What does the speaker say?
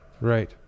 Right